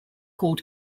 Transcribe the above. called